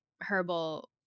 herbal